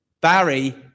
Barry